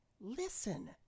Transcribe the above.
listen